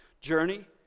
journey